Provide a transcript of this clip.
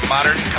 Modern